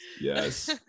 yes